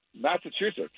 Massachusetts